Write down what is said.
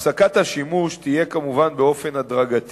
הפסקת השימוש באזבסט פריך תיעשה כמובן בהדרגה,